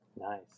Nice